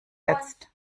jetzt